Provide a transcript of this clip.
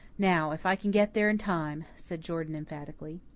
now if i can get there in time, said jordan emphatically.